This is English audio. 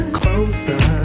closer